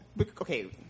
okay